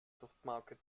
duftmarke